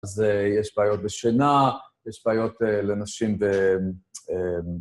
אז יש בעיות בשינה, יש בעיות לנשים ב...